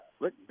look